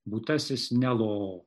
būtasis nelo